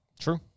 True